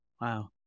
Wow